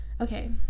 Okay